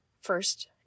first